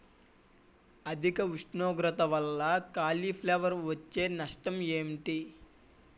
అధిక ఉష్ణోగ్రత వల్ల కాలీఫ్లవర్ వచ్చే నష్టం ఏంటి?